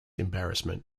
embarrassment